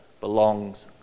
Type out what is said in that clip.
belongs